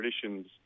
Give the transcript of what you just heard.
traditions